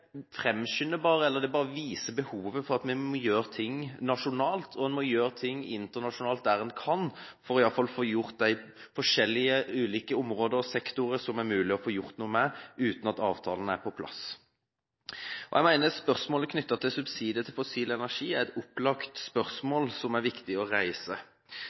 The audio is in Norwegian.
bare viser behovet for at vi må gjøre ting nasjonalt, og vi må gjøre ting internasjonalt der vi kan, for iallfall å få gjort noe med de forskjellige områder og sektorer som det er mulig å få gjort noe med uten at avtalen er på plass. Jeg mener spørsmålet knyttet til subsidier til fossil energi opplagt er et spørsmål som det er viktig å reise.